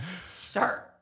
sir